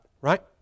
Right